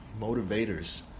Motivators